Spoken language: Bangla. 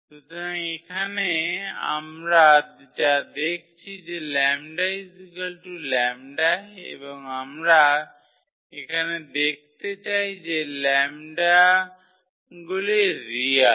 সুতরাং এখানে আমরা যা দেখছি যে 𝜆𝜆 এবং আমরা এখানে দেখতে চাই যে 𝜆 গুলি রিয়াল